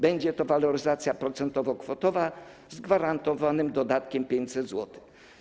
Będzie to waloryzacja procentowo-kwotowa z gwarantowanym dodatkiem 500 zł.